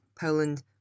Poland